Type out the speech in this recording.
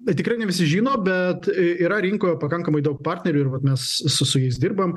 tikrai ne visi žino bet yra rinkoje pakankamai daug partnerių ir vat mes su su jais dirbam